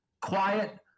quiet